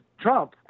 Trump